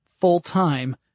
full-time